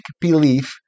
belief